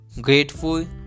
grateful